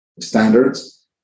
standards